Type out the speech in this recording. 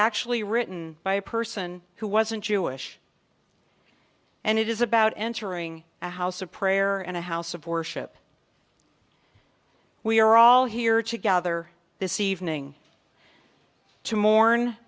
actually written by a person who wasn't jewish and it is about entering a house of prayer and a house of worship we are all here to gather this evening to mourn